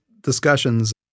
discussions